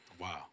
Wow